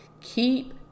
keep